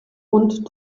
und